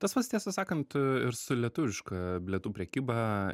tas pats tiesą sakant ir su lietuviška bilietų prekyba